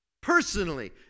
Personally